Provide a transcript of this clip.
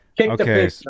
okay